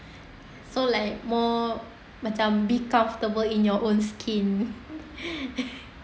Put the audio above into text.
so like more macam be comfortable in your own skin